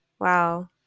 Wow